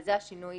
וזה השינוי